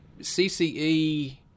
CCE